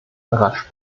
rasch